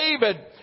David